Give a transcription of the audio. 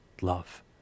love